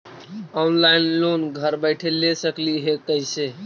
Online loan घर बैठे ले सकली हे, कैसे?